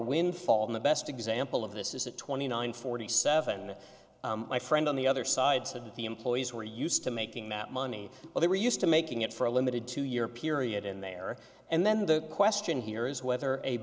windfall the best example of this is a twenty nine forty seven and my friend on the other side said the employees were used to making that money they were used to making it for a limited two year period in there and then the question here is whether a